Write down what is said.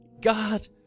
God